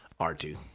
R2